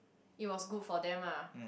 it was good for them ah